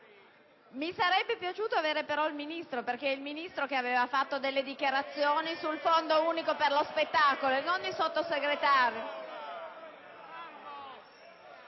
Mi sarebbe piaciuto però avere il Ministro, perché è lui ad aver fatto delle dichiarazioni sul Fondo unico per lo spettacolo, non il Sottosegretario.